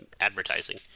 advertising